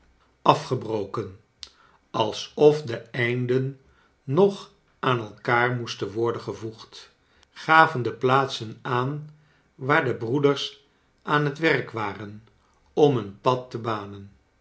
als of de einden nog aan elkaar moesten worden gevoegd gaven de plaatsen aan waar de breeders aan het werk waren om een pad te banen